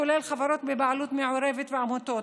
כולל חברות בבעלות מעורבת ועמותות,